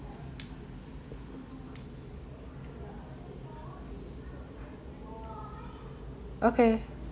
okay